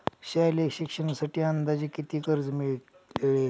शालेय शिक्षणासाठी अंदाजे किती कर्ज मिळेल?